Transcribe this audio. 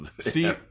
See